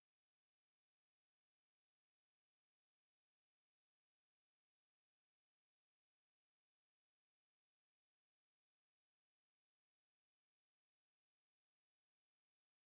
ndetse no kugaragaza impano zabo mu mbyino no mu bindi bikorwa by'ubuhanzi. Ibi bikorwa bituma abana bagira umuco wo gukorera hamwe, kwigirira icyizere no kugira ubuzima buzira umuze, bityo bikunganira amasomo asanzwe biga mu ishuri.